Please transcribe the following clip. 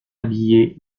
habillé